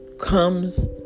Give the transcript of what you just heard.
comes